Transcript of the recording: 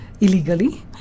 illegally